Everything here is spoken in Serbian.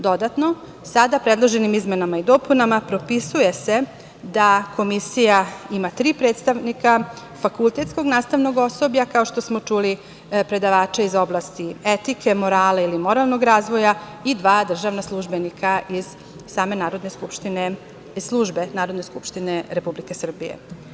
Dodatno, sada predloženim izmenama i dopunama, propisuje se da komisija ima tri predstavnika fakultetskog nastavnog osoblja, kao što smo čuli, predavača iz oblasti etike, morala ili moralnog razvoja i dva državna službenika iz same službe Narodne skupštine Republike Srbije.